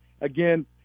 Again